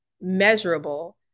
measurable